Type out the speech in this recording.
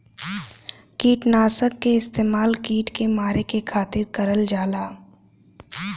किटनाशक क इस्तेमाल कीट के मारे के खातिर करल जाला